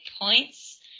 points